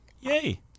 Yay